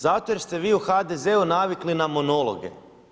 Zato jer ste vi u HDZ navikli na monologe.